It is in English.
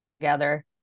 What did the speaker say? together